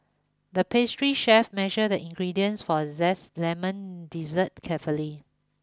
the pastry chef measure the ingredients for a zesty lemon dessert carefully